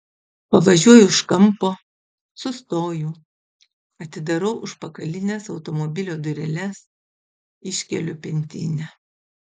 pavažiuoju už kampo sustoju atidarau užpakalines automobilio dureles iškeliu pintinę